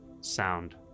sound